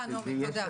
תודה נעמי.